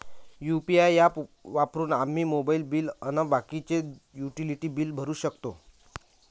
UPI app वापरून आम्ही mobile bill अन बाकीचे युटिलिटी बिल भरू शकतो